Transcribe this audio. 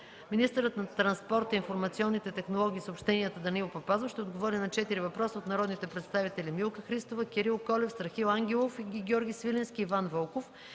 Министърът на транспорта, информационните технологии и съобщенията Данаил Папазов ще отговори на четири въпроса от народните представители Милка Христова, Кирил Колев, Страхил Ангелов и Георги Свиленски и Иван Вълков.